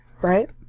right